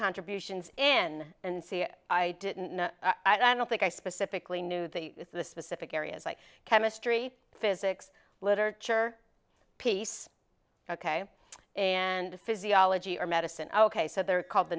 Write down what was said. contributions in and see if i didn't i don't think i specifically knew the specific areas like chemistry physics literature peace ok and physiology or medicine ok so they're called the